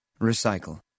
Recycle